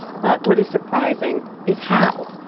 but what is surprising is how